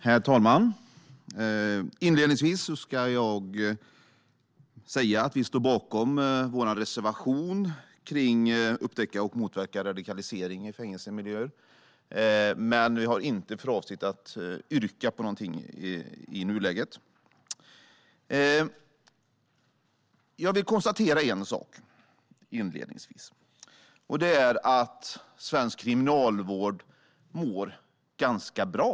Herr talman! Inledningsvis ska jag säga att vi står bakom vår reservation om att upptäcka och motverka radikalisering i fängelsemiljöer men att vi inte har för avsikt att yrka på någonting i nuläget. Jag vill börja med att konstatera en sak, och det är att svensk kriminalvård mår ganska bra.